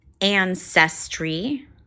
ancestry